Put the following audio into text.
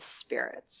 spirits